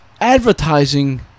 advertising